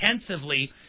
intensively